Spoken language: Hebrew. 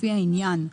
לפי העניין,